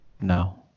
No